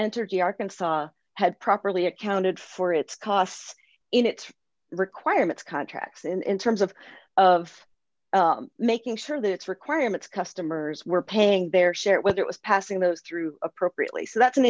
entergy arkansas had properly accounted for its costs in its requirements contracts in terms of of making sure that its requirements customers were paying their share whether it was passing those through appropriately so that's an